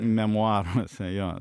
memuaruose jo